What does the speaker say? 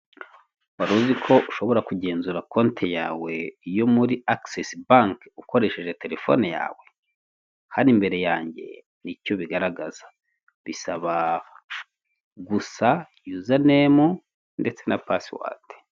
Wari uziko ushobora kugenzura konti yawe yo muri agisesi banke ukoresheje telefone yawe? Hano imbere yanjye nicyo bigaragaza. Bisaba gusa yozanemu, ndetse na pasiwadi.